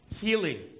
Healing